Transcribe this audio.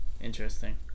interesting